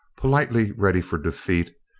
politely ready for defeat,